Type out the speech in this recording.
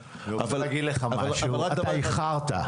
אבל --- אתה איחרת.